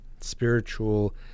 spiritual